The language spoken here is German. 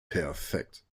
perfekt